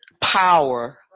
power